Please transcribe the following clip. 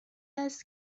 است